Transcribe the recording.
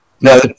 No